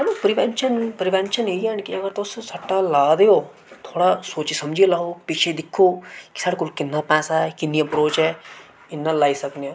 चलो prevention prevention इटयै न कि अगर तुस सट्टा ला दे ओ थोह्ड़ा सोची समझियै लाओ पिच्छे दिक्खो कि स्हाढ़े कौल किन्ना पैसा ऐ किन्नी अप्रोच ऐ इन्ना लाई सकने आं